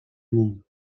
mundo